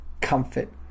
comfort